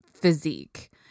physique